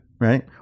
Right